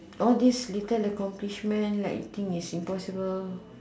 all this little accomplishment like think it's impossible